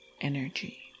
energy